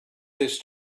this